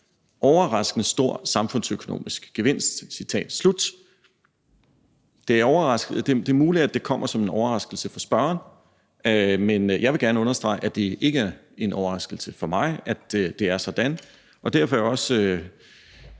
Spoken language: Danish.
»overraskende stor samfundsøkonomisk gevinst«. Det er muligt, at det kommer som en overraskelse for spørgeren, men jeg vil gerne understrege, at det ikke er en overraskelse for mig, at det er sådan. Derfor kan jeg også